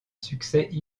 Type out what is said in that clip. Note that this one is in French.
succès